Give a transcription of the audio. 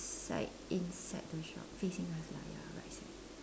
side inside the shop facing us lah ya right side